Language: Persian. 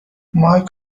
مایک